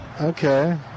Okay